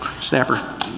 snapper